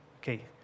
Okay